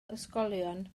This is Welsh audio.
ysgolion